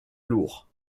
lourds